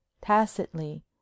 tacitly